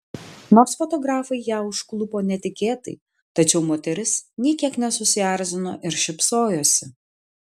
nors fotografai ją užklupo netikėtai tačiau moteris nė kiek nesusierzino ir šypsojosi